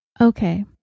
Okay